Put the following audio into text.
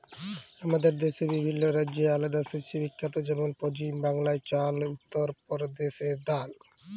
আমাদের দ্যাশে বিভিল্ল্য রাজ্য আলেদা শস্যে বিখ্যাত যেমল পছিম বাংলায় চাল, উত্তর পরদেশে ডাল